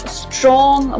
strong